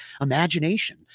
imagination